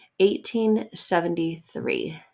1873